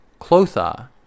Clothar